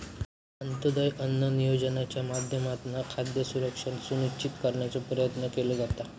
अंत्योदय अन्न योजनेच्या माध्यमातना खाद्य सुरक्षा सुनिश्चित करण्याचो प्रयत्न केलो जाता